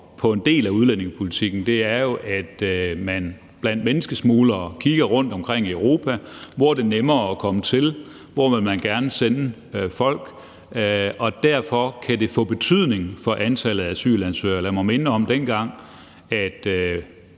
på en del af udlændingepolitikken, er jo, at man blandt menneskesmuglere kigger sig omkring i Europa og ser på, hvor det er nemmere at komme til, og hvor man gerne vil sende folk hen. Derfor kan det få betydning for antallet af asylansøgere. Lad mig minde om, at